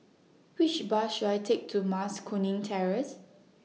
Which Bus should I Take to Mas Kuning Terrace